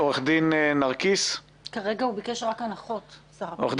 כרגע שר הפנים